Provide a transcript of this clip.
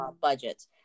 budgets